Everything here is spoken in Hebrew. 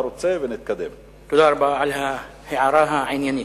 תודה רבה על ההערה העניינית.